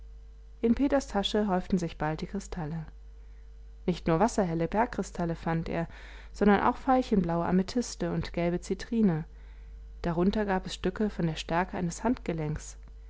in peters tasche häuften sich bald die kristalle nicht nur wasserhelle bergkristalle fand er sondern auch veilchenblaue amethyste und gelbe zitrine darunter gab es stücke von der stärke eines